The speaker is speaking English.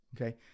Okay